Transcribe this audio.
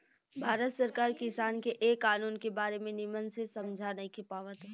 भारत सरकार किसान के ए कानून के बारे मे निमन से समझा नइखे पावत